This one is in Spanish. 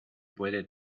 puede